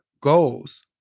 goals